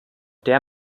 der